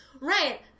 right